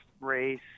race